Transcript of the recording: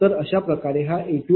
तर अशाप्रकारे हा A आहे